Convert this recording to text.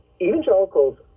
Evangelicals